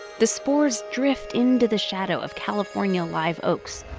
the spores drift into the shadow of california live oaks,